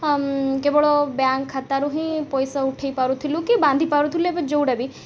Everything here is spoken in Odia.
କେବଳ ବ୍ୟାଙ୍କ୍ ଖାତାରୁ ହିଁ ପଇସା ଉଠାଇପାରୁଥିଲୁ କି ବାନ୍ଧିପାରୁଥିଲୁ ଏବେ ଯେଉଁଟା ବି